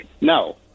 No